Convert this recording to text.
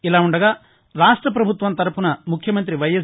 ఇలా ఉండగా రాష్ట ప్రభుత్వం తరపున ముఖ్యమంతి వై ఎస్